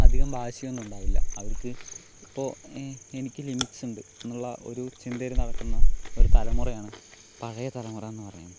അധികം വാശിയൊന്നും ഉണ്ടാവില്ല അവർക്ക് ഇപ്പോൾ എനിക്ക് ലിമിറ്റ്സുണ്ട് എന്നുള്ള ഒരു ചിന്തയിൽ നടക്കുന്ന ഒരു തലമുറയാണ് പഴയ തലമുറയെന്ന് പറയണത്